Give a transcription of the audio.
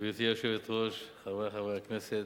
גברתי היושבת-ראש, חברי חברי הכנסת,